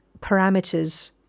parameters